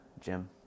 Jim